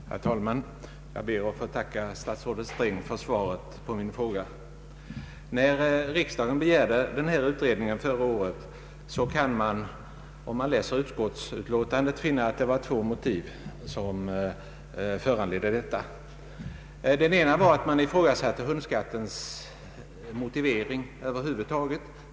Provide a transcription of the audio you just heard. Herr talman! Jag ber att få tacka herr statsrådet Sträng för svaret på min fråga. När riksdagen förra året begärde denna utredning var det två skäl som föranledde detta. Det ena var att man ifrågasatte hundskattens motivering över huvud taget.